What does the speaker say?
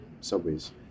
subways